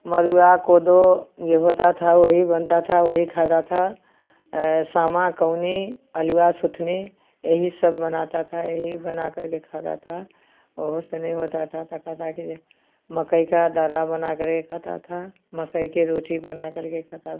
मड़ुआ कोदो जो होता था वही बनता था वही खाता था सामा कौनी अल्हुआ सुथनी यही सब बनाता था यही बना करके खाता था उससे भी नहीं होता तो कहता कि जो मकई का दर्रा बना करके खाता था मकई की रोटी बना करके खाता था